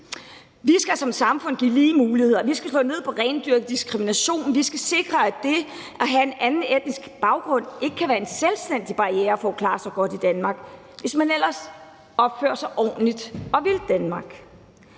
Vi skal som samfund give lige muligheder. Vi skal slå ned på rendyrket diskrimination. Vi skal sikre, at det at have en anden etnisk baggrund ikke kan være en selvstændig barriere for at klare sig godt i Danmark, hvis man ellers opfører sig ordentligt og vil Danmark.